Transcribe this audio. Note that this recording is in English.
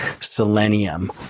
selenium